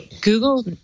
Google